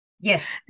Yes